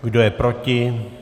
Kdo je proti?